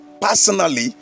Personally